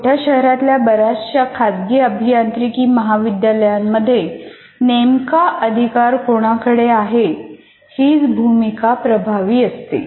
छोट्या शहरातल्या बऱ्याचशा खाजगी अभियांत्रिकी महाविद्यालयांमध्ये नेमका अधिकार कोणाकडे आहे हीच भूमिका प्रभावी असते